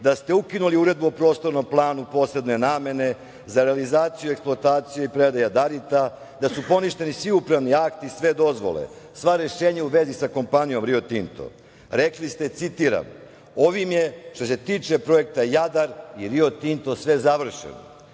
da ste ukinuli Uredbu o Prostornom planu posebne namene za realizaciju i eksploataciju jadarita, da su poništeni svi upravni akti, sve dozvole, sva rešenja u vezi sa kompanijom Rio Tinto. Rekli ste, citiram: „Ovim je, što se tiče projekta Jadar i Rio Tinto, sve završeno“.